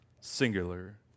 singular